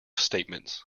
statements